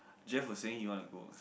Jeff was saying you wanna go